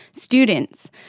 students.